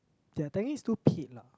ya technically it's still paid lah